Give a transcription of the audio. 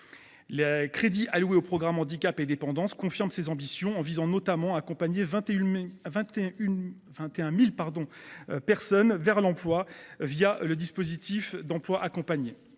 Les crédits alloués au programme « Handicap et dépendance » confirment ces ambitions, en visant notamment à accompagner 21 000 personnes vers l’emploi le dispositif de l’emploi accompagné.